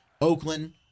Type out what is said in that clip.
Oakland